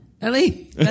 Ellie